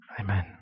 Amen